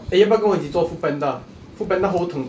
eh 要不要跟我一起做 foodpanda foodpanda hou teng